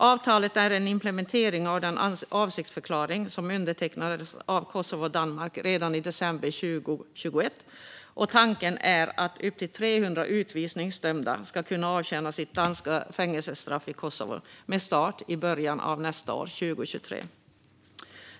Avtalet är en implementering av den avsiktsförklaring som undertecknades av Kosovo och Danmark redan i december 2021 och tanken är att upp till 300 utvisningsdömda ska kunna avtjäna sitt danska fängelsestraff i Kosovo, med start i början av 2023.